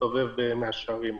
מסתובב במאה שערים.